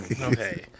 Okay